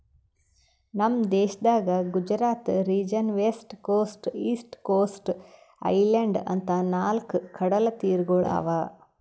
ನಮ್ ದೇಶದಾಗ್ Gujarat region, west coast, east coast, island ಅಂತಾ ನಾಲ್ಕ್ ಕಡಲತೀರಗೊಳ್ ಅವಾ